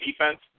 defense